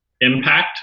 impact